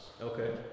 Okay